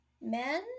Men